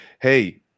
hey